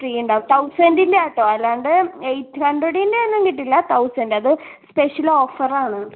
free ഉണ്ടാവും തൗസൻഡിൻറെ ആണ് കേട്ടോ അല്ലാണ്ട് എയിറ്റ് ഹൺഡ്രഡിൻറെയൊന്നും കിട്ടില്ല തൗസൻഡ് അത് സ്പെഷ്യൽ ഓഫർ ആണ്